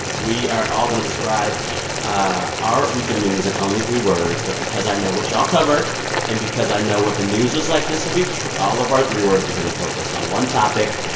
we are all going to describe ah our week of news in only three words, but because i know what y'all cover and because i know what the news was like this week, all of our three words going to focus on one topic.